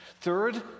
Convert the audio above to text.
Third